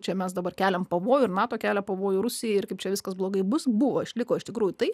čia mes dabar keliame pavojų ir nato kelia pavojų rusijai ir kaip čia viskas blogai bus buvo išliko iš tikrųjų tai